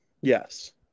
Yes